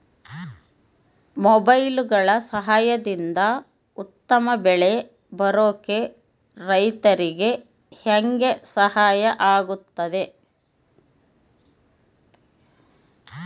ಮೊಬೈಲುಗಳ ಸಹಾಯದಿಂದ ಉತ್ತಮ ಬೆಳೆ ಬರೋಕೆ ರೈತರಿಗೆ ಹೆಂಗೆ ಸಹಾಯ ಆಗುತ್ತೆ?